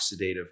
oxidative